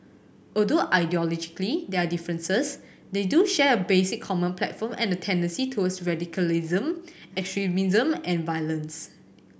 although ideologically there are differences they do share a basic common platform and a tendency towards radicalism extremism and violence